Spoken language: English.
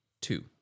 two